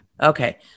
Okay